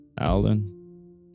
Alden